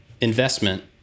investment